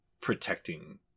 protecting